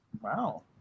Wow